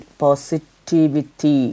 positivity